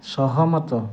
ସହମତ